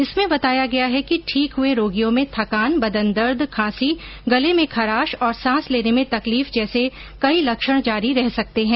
इसमें बताया गया है कि ठीक हुए रोगियों में थकान बदन दर्द खांसी गले में खराश और सांस लेने में तकलीफ जैसे कई लक्षण जारी रह सकते हैं